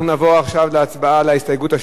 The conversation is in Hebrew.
בעד,